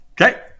Okay